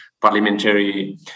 parliamentary